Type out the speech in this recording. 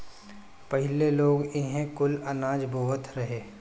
पहिले लोग इहे कुल अनाज बोअत रहे